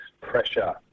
pressure